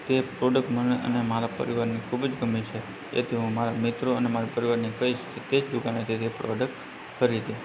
તે પ્રોડક્ટ મને અને મારા પરિવારને ખૂબ જ ગમે છે તેથી હું મારા મિત્રો અને મારા પરિવારને કઈશ કે તે જ દુકાને જઈને પ્રોડક્ટ ખરીદે